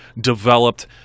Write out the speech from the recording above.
developed